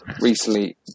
recently